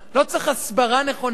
לא צריך הסברה נכונה,